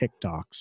TikToks